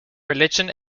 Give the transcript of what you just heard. religion